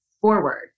forward